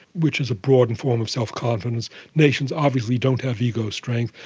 which is a broader form of self-confidence. nations obviously don't have ego strength,